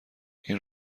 این